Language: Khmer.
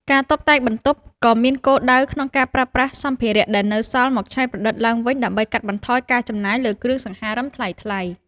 ការតុបតែងបន្ទប់ក៏មានគោលដៅក្នុងការប្រើប្រាស់សម្ភារៈដែលនៅសល់មកច្នៃប្រឌិតឡើងវិញ ដើម្បីកាត់បន្ថយការចំណាយលើគ្រឿងសង្ហារឹមថ្លៃៗ។